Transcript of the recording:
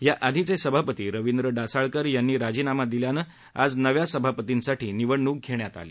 या आधीचे सभापती रवींद्र डासाळकर यांनी राजीनामा दिल्यानं आज नव्या सभापतींसाठी निवडणूक घेण्यात आली